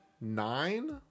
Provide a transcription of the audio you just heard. nine